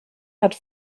hat